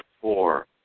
four